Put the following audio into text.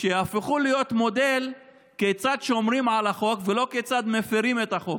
יהפכו להיות מודל של כיצד שומרים על החוק ולא כיצד מפירים את החוק.